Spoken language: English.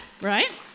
right